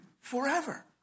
forever